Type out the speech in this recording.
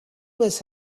miss